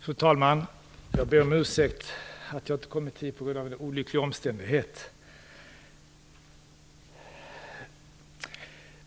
Fru talman! Jag ber om ursäkt för att jag inte kom i tid, vilket berodde på en olycklig omständighet.